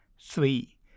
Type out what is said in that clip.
Three